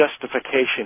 justification